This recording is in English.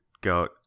go